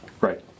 Right